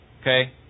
Okay